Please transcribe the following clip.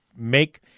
Make